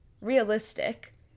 realistic